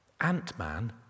Ant-Man